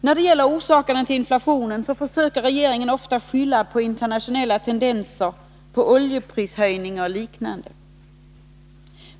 När det gäller orsakerna till inflationen försöker regeringen ofta skylla på internationella tendenser, på oljeprishöjningar och liknande.